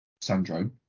Sandro